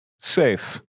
safe